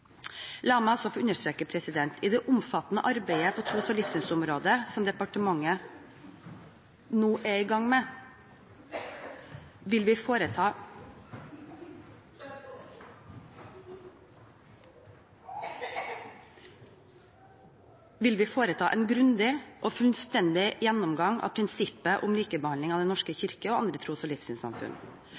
La meg også få understreke: I det omfattende arbeidet på tros- og livssynsområdet som departementet nå er i gang med, vil vi foreta en grundig og fullstendig gjennomgang av prinsippet om likebehandling av Den norske kirke og andre tros- og livssynssamfunn.